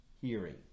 hearing